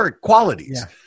qualities